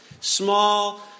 Small